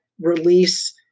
release